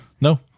No